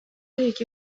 эки